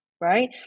Right